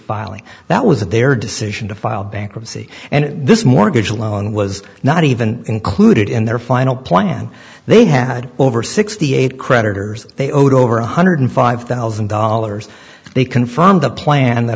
filing that was that their decision to file bankruptcy and this mortgage loan was not even included in their final plan they had over sixty eight creditors they owed over one hundred five thousand dollars they confirmed the plan that